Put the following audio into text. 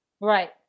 Right